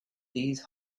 these